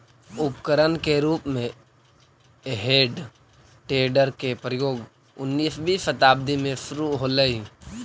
उपकरण के रूप में हेइ टेडर के प्रयोग उन्नीसवीं शताब्दी में शुरू होलइ